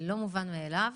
לא מובן מאליו.